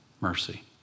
mercy